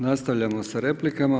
Nastavljamo sa replikama.